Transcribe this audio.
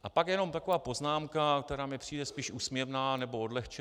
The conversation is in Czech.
A pak jenom taková poznámka, která mně přijde spíš úsměvná nebo odlehčená.